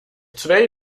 twee